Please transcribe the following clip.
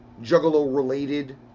Juggalo-related